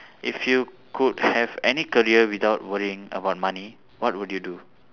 if you could have any career without worrying about money what would you do